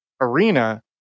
arena